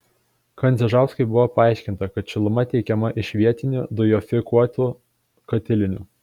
kandzežauskui buvo paaiškinta kad šiluma tiekiama iš vietinių dujofikuotų katilinių